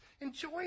Enjoy